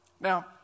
Now